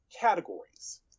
categories